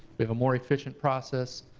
we have a more efficient process.